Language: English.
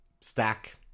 stack